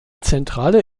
zentrale